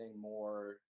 more